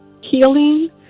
healing